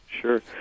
Sure